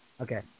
Okay